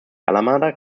alameda